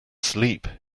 sleep